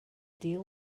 deal